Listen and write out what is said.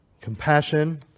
Compassion